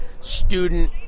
student